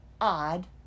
odd